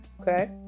okay